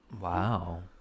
Wow